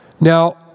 Now